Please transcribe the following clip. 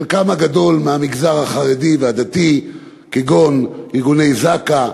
חלקם הגדול מהמגזר החרדי והדתי, כגון ארגוני זק"א,